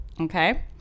okay